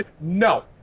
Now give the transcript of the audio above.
No